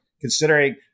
considering